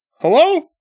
Hello